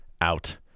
out